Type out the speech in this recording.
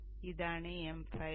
അതിനാൽ ഇതാണ് m file